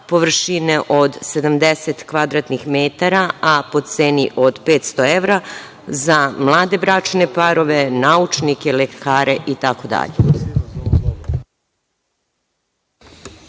površine od 70 kvadratnih metara, a po ceni od 500 evra za mlade bračne parove, naučnike, lekare, itd.